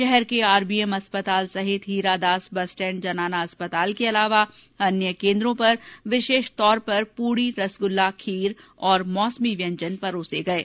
शहर के आरबीएम अस्पताल सहित हीरादास बस स्टैंड जनाना अस्पताल के अलावा अन्य केन्द्रों पर विशेष तौर पर पूड़ी रसगुल्ला खीर और मौसमी व्यंजन परोसे गये